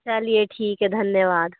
चलिए ठीक है धन्यवाद